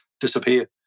disappear